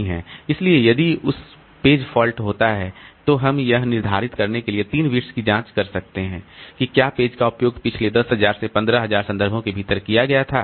इसलिए यदि page fault होता है तो हम यह निर्धारित करने के लिए 3 बिट्स की जांच कर सकते हैं कि क्या पेज का उपयोग पिछले 10 000 से 15 000 संदर्भों के भीतर किया गया था